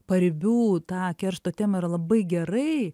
paribių tą keršto temą yra labai gerai